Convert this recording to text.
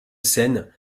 scène